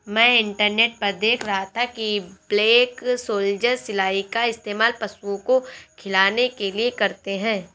मैं इंटरनेट पर देख रहा था कि ब्लैक सोल्जर सिलाई का इस्तेमाल पशुओं को खिलाने के लिए करते हैं